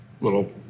little